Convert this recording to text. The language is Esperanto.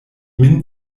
min